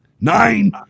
Nine